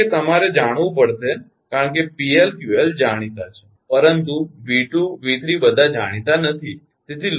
કારણ કે તમારે જાણવું પડશે કારણ કે 𝑃𝐿 𝑄𝐿 જાણીતા છે પરંતુ 𝑉2 𝑉3 બધા જાણીતા નથી